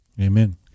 Amen